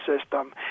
system